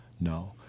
No